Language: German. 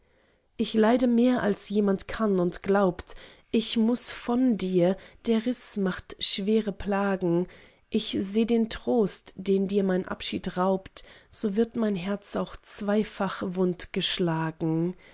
ich leide mehr als jemand kann und glaubt ich muß von dir der riß macht schwere plagen ich seh den trost den dir mein abschied raubt so wird mein herz auch zweifach wund geschlagen